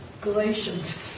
Galatians